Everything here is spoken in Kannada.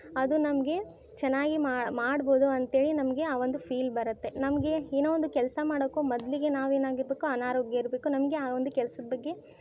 ಅದು ನಮಗೆ ಚೆನ್ನಾಗಿ ಮಾಡ್ಬೌದು ಅಂತ್ಹೇಳಿ ನಮಗೆ ಆ ಒಂದು ಫೀಲ್ ಬರುತ್ತೆ ನಮಗೆ ಏನೋ ಒಂದು ಕೆಲಸ ಮಾಡೋಕ್ಕು ಮೊದಲಿಗೆ ನಾವು ಏನಾಗಿರಬೇಕು ಅನಾರೋಗ್ಯ ಇರಬೇಕು ನಮಗೆ ಆ ಒಂದು ಕೆಲ್ಸದ ಬಗ್ಗೆ